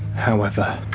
however,